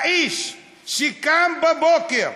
האיש שקם בבוקר,